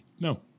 No